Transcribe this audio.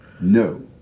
No